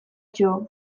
txo